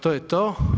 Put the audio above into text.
To je to.